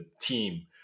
team